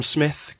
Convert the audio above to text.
Smith